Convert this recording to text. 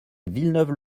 villeneuve